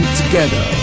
together